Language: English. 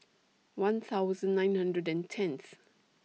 one thousand nine hundred and tenth